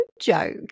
joke